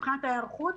מבחינת ההיערכות,